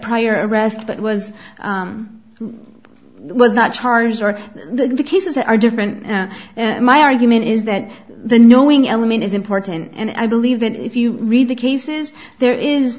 prior arrest but was was not charged or the cases are different my argument is that the knowing element is important and i believe that if you read the cases there is